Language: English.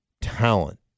talent